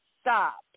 stop